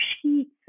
sheets